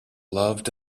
loved